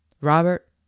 Robert